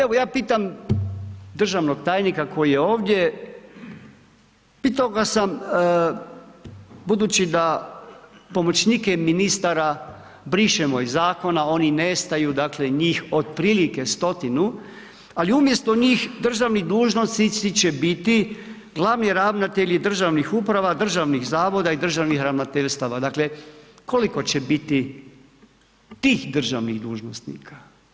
Evo ja pitam državnog tajnika koji je ovdje, pitao sam ga budući da pomoćnike ministara brišemo iz zakona, oni nestaju, dakle njih otprilike stotinu, ali umjesto njih državni dužnosnici će biti glavni ravnatelji državnih uprava, državnih zavoda i državnih ravnateljstava, dakle koliko će biti tih državnih dužnosnika?